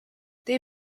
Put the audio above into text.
they